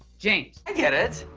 james! i get it.